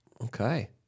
Okay